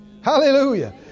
Hallelujah